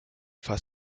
fast